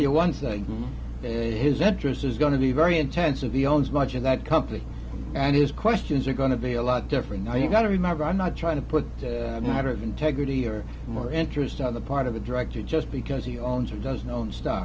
you one thing his interest is going to be very intense of the owns much of that company and his questions are going to be a lot different now you've got to remember i'm not trying to put the matter of integrity or more interest on the part of a drug to just because he owns or doesn't own st